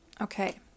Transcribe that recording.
Okay